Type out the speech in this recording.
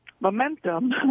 momentum